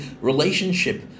relationship